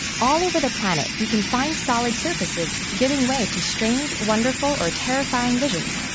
all over the planet, you can find solid surfaces giving way to strange, wonderful, or terrifying visions.